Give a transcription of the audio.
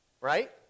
right